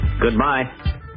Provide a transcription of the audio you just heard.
Goodbye